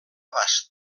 abast